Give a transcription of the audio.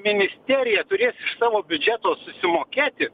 ministerija turės iš savo biudžeto susimokėti